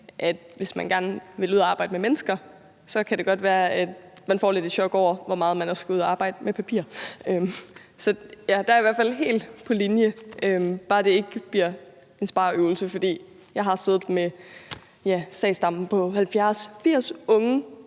at hvis man gerne vil ud at arbejde med mennesker, så kan det godt være man får lidt et chok over, hvor meget man også skal ud at arbejde med papir. Der er jeg i hvert fald helt på linje med ordføreren – bare det ikke bliver en spareøvelse. For jeg har siddet med sagsstammer på 70-80 unge,